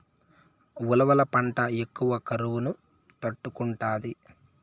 ఉలవల పంట ఎక్కువ కరువును తట్టుకుంటాది